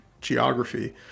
geography